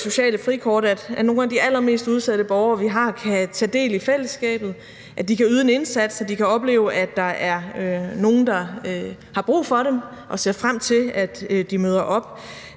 sociale frikort betyder jo, at nogle af de allermest udsatte borgere, vi har, kan tage del i fællesskabet, at de kan yde en indsats, og at de kan opleve, at der er nogle, der har brug for dem og ser frem til, at de møder op.